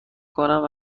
کنم